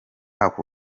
ako